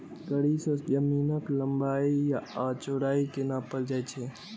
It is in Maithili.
कड़ी सं जमीनक लंबाइ आ चौड़ाइ कें नापल जाइ छै